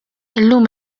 illum